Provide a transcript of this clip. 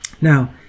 Now